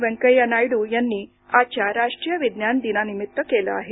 वेंकय्या नायडू यांनी आजच्या राष्ट्रीय विज्ञान दिनानिमित्त केलं आहे